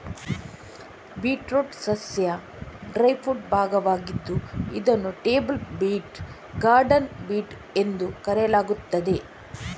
beetroot ಸಸ್ಯ taproot ಭಾಗವಾಗಿದ್ದು ಇದನ್ನು ಟೇಬಲ್ ಬೀಟ್, ಗಾರ್ಡನ್ ಬೀಟ್ ಎಂದು ಕರೆಯಲಾಗುತ್ತದೆ